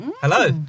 Hello